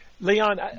Leon